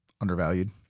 undervalued